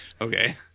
Okay